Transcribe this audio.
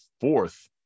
fourth